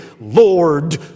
Lord